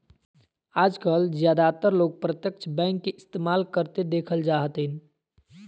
आजकल ज्यादातर लोग प्रत्यक्ष बैंक के इस्तेमाल करते देखल जा हथिन